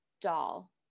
doll